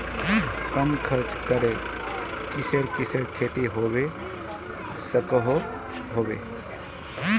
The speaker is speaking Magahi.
कम खर्च करे किसेर किसेर खेती होबे सकोहो होबे?